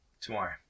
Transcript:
Tomorrow